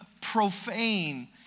profane